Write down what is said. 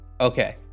Okay